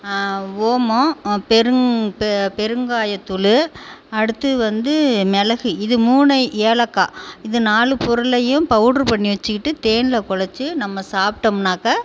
ஓமம் பெருங் பெ பெருங்காயத் தூள் அடுத்து வந்து மிளகு இது மூணை ஏலக்காய் இது நாலு பொருளையும் பவுடர் பண்ணி வச்சிக்கிட்டு தேனில் குழச்சி நம்ம சாப்பிட்டோம்னாக்க